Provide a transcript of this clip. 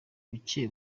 buke